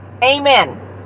Amen